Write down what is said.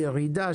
ירידה,